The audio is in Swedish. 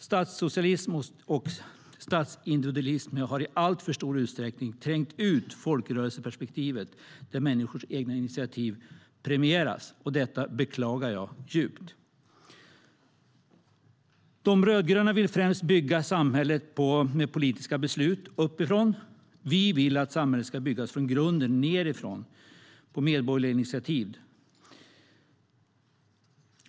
Statssocialism och statsindividualism har i alltför stor utsträckning trängt ut folkrörelseperspektivet där människors egna initiativ premieras. Detta beklagar jag djupt. De rödgröna vill främst bygga samhället med politiska beslut ovanifrån. Vi vill att samhället ska byggas från grunden, nedifrån, genom medborgerliga initiativ.